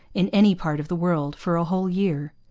in any part of the world, for a whole year.